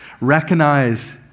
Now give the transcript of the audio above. Recognize